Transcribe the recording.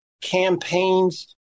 campaigns